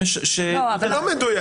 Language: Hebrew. לא, זה לא מדויק.